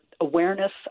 awareness